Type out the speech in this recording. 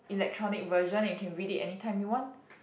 electronic version and you can read it anytime you want